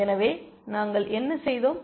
எனவே நாங்கள் என்ன செய்தோம்